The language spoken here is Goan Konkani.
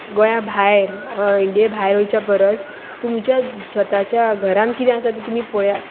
गोंया भायर ऑ इंडिये भायर वयच्या परस तुमच्या स्वताच्या घरान किदें आसा तें तुमी पळयात